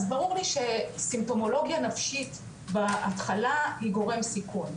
אז ברור לי שסימפטולוגיה נפשית בהתחלה היא גורם סיכון,